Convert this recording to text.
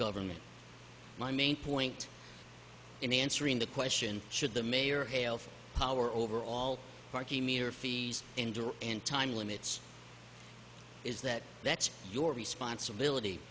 government my main point in answering the question should the mayor hail from power over all parking meter fees and door and time limits is that that's your responsibility